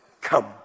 Come